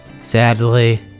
sadly